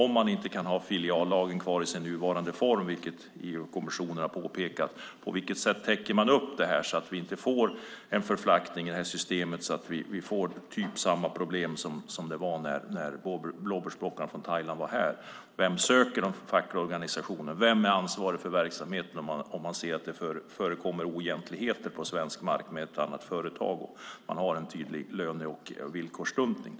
Om man inte kan ha filiallagen kvar i sin nuvarande form, vilket EU-kommissionen har påpekat, på vilket sätt täcker man upp så att vi inte får en förflackning i systemet och får sådana problem som det blev med blåbärsplockarna från Thailand? Vem söker de fackliga organisationerna? Vem är ansvarig för verksamheten om det förekommer oegentligheter på svensk mark med ett företag som har en tydlig löne och villkorsdumpning?